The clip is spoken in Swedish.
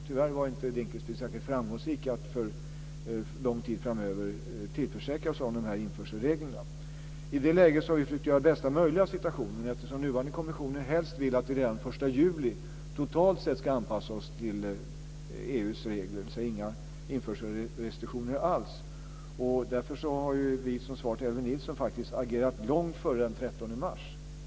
Tyvärr var inte Dinkelspiel särskilt framgångsrik i att för lång tid framöver tillförsäkra oss om införselreglerna. I det läget har vi försökt att göra bästa möjliga av situationen, eftersom den nuvarande kommissionen helst vill att vi redan den 1 juli totalt sett ska anpassa oss till EU:s regler, dvs. inga införselrestriktioner alls. Därför har vi, som svar till Elver Jonsson, agerat långt före den 13 mars.